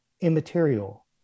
immaterial